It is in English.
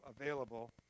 available